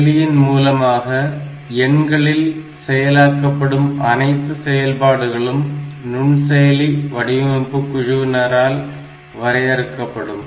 செயலியின் மூலமாக எண்களில் செயலாக்கப்படும் அனைத்து செயல்பாடுகளும் நுண்செயலி வடிவமைப்பு குழுவினரால் வரையறுக்கப்படும்